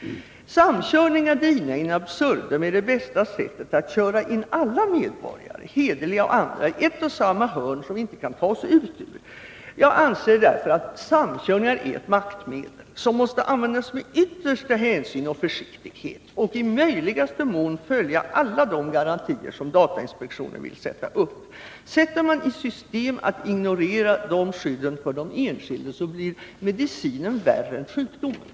Samkörningar drivna in absurdum är det bästa sättet att köra in alla medborgare, hederliga och andra, i ett och samma hörn som vi inte kan ta oss ut ur. Jag anser att samkörningar är ett maktmedel som måste användas med yttersta hänsyn och försiktighet och som i möjligaste mån måste följa alla de garantier som datainspektionen vill ställa upp. Sätter man i system att ignorera dessa skydd för den enskilde, så blir medicinen värre än sjukdomen.